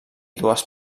dues